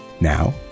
Now